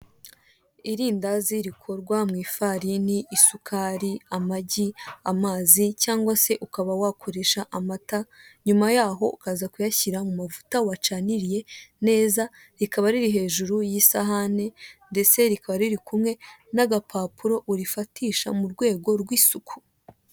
Irindazi rikorwa mu ifarini, isukari, amagi, amazi, cyangwa se ukaba wakoresha amata nyuma yaho ukaza kuyashyira mu mavuta wacaniriye neza, rikaba riri hejuru y'isahani ndetdse rikaba riri kumwe n'agapapuro urifatisha mu rwego rw'isuku.